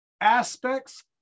aspects